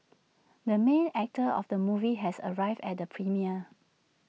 the main actor of the movie has arrived at the premiere